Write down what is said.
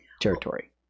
territory